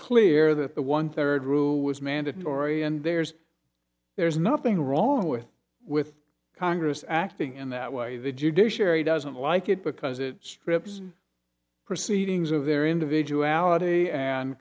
clear that the one third rule was mandatory and there's there's nothing wrong with with congress acting in that way the judiciary doesn't like it because it strips proceedings of their individuality and